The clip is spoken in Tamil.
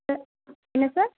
சார் என்ன சார்